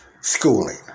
schooling